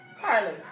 Carly